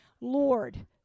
Lord